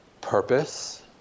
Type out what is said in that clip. purpose